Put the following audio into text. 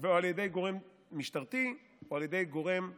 או על ידי גורם משטרתי, או על ידי גורם בתביעה.